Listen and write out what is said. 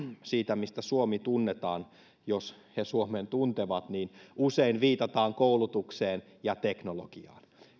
siitä mistä suomi tunnetaan jos he suomen tuntevat niin usein viitataan koulutukseen ja teknologiaan